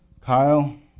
Kyle